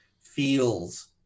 feels